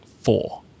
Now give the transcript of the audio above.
four